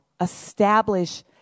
Establish